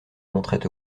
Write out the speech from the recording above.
montrait